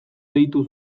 deitu